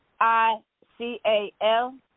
I-C-A-L